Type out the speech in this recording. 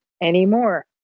anymore